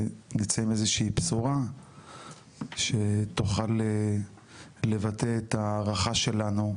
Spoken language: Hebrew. נצא עם איזושהי בשורה שתוכל לבטא את הערכה שלנו,